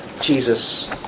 Jesus